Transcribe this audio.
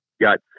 got